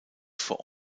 vor